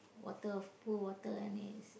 water of pool water and he's